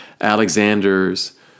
Alexander's